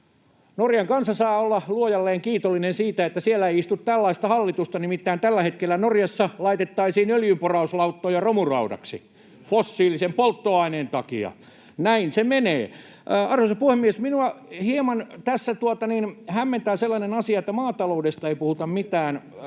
Norjan kansa saa olla Luojalleen kiitollinen siitä, että siellä ei istu tällaista hallitusta. Nimittäin tällä hetkellä Norjassa laitettaisiin öljynporauslauttoja romuraudaksi fossiilisen polttoaineen takia. Näin se menee. Arvoisa puhemies! Minua hieman hämmentää tässä sellainen asia, että maataloudesta ei puhuta mitään.